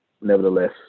nevertheless